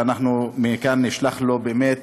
אבל אנחנו מכאן נשלח לו באמת